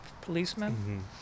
policeman